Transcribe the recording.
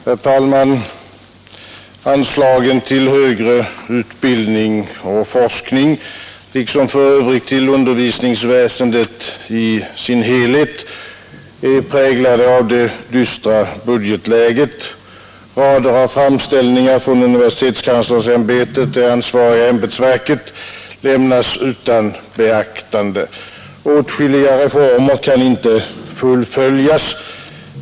Herr talman! Anslagen till högre utbildning och forskning liksom för övrigt till undervisningsväsendet i dess helhet är präglade av det dystra budgetläget. Rader av framställningar från universitetskanslersämbetet — det ansvariga ämbetsverket — lämnas utan beaktande. Åtskilliga reformer kan inte fullföljas.